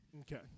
Okay